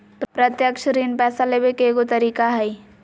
प्रत्यक्ष ऋण पैसा लेबे के एगो तरीका हइ